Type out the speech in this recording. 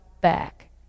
back